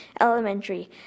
Elementary